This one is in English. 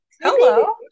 Hello